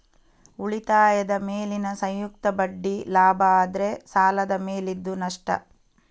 ಉಳಿತಾಯದ ಮೇಲಿನ ಸಂಯುಕ್ತ ಬಡ್ಡಿ ಲಾಭ ಆದ್ರೆ ಸಾಲದ ಮೇಲಿದ್ದು ನಷ್ಟ